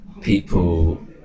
people